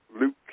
Luke